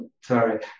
sorry